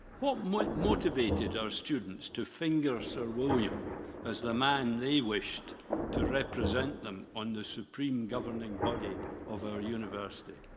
what what motivated our students to finger sir william as the man they wished to represent them on the supreme governing body of our university?